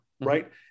right